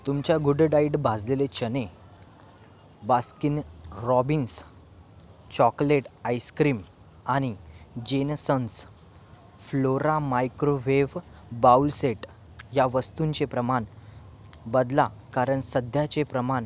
तुमच्या गुडडाईट भाजलेले चणे बास्किन रॉबिन्स चॉकलेट आईस्क्रीम आणि Jensons flora microwave bowl set या वस्तूंचे प्रमाण बदला कारण सध्याचे प्रमाण